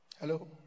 Hello